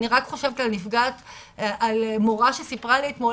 אני רק חושבת על מורה שסיפרה לי אתמול